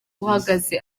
uhagaze